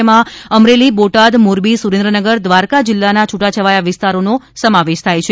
જેમાં અમરેલી બોટાદ મોરબી સુરેન્દ્રનગર દ્વારકા જિલ્લાના છુટાછવાયા વિસ્તારોનો સમાવેશ થાય છે